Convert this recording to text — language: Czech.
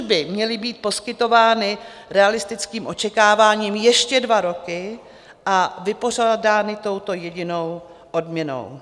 Služby měly být poskytovány realistickým očekáváním ještě dva roky a vypořádány touto jedinou odměnou.